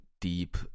deep